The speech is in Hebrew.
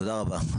תודה רבה.